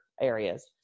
areas